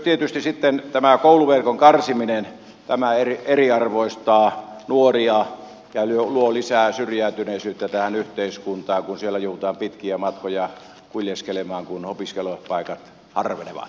tietysti sitten tämä kouluverkon karsiminen myös eriarvoistaa nuoria ja luo lisää syrjäytyneisyyttä tähän yhteiskuntaan kun siellä joudutaan pitkiä matkoja kuljeskelemaan kun opiskelupaikat harvenevat